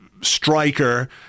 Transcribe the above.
striker